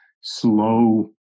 slow